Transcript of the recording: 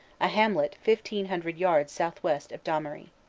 a hamlet fi fteen hundred yards southwest of damery.